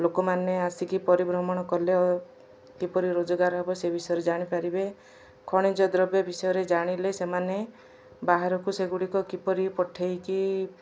ଲୋକମାନେ ଆସିକି ପରିଭ୍ରମଣ କଲେ କିପରି ରୋଜଗାର ହବ ସେ ବିଷୟରେ ଜାଣିପାରିବେ ଖଣିଜ ଦ୍ରବ୍ୟ ବିଷୟରେ ଜାଣିଲେ ସେମାନେ ବାହାରକୁ ସେଗୁଡ଼ିକ କିପରି ପଠେଇକି